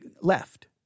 left